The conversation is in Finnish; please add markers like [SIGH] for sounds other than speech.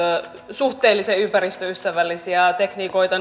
suhteellisen ympäristöystävällisiä tekniikoita [UNINTELLIGIBLE]